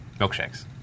milkshakes